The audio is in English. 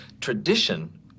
tradition